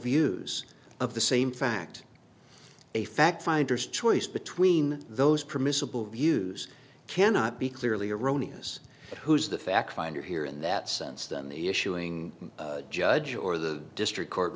views of the same fact a fact finders choice between those permissible views cannot be clearly erroneous who's the fact finder here in that sense then the issuing judge or the district court